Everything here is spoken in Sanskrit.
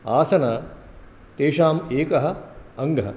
आसन तेषाम् एकः अङ्गः